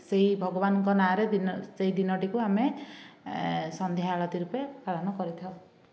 ସେହି ଭଗବାନଙ୍କ ନାଁରେ ଦିନ ସେହିଦିନଟିକୁ ଆମେ ସନ୍ଧ୍ୟା ଆଳତି ରୂପେ ପାଳନ କରିଥାଉ